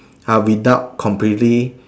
ha without completely